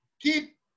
keep